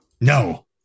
No